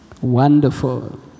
Wonderful